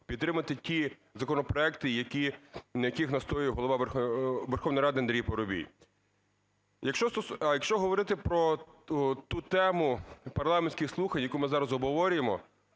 підтримати ті законопроекти, на яких настоював Голова Верховної Ради Андрій Парубій. Якщо говорити про ту тему парламентських слухань, яку ми зараз обговорюємо,